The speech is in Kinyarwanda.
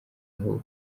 aho